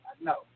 no